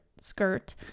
skirt